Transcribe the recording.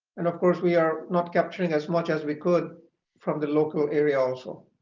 and of course we are not capturing as much as we could from the local area also.